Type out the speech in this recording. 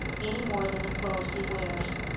any more than the clothes he wears.